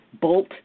bolt